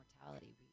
mortality